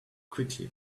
quickly